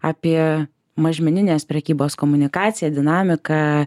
apie mažmeninės prekybos komunikaciją dinamiką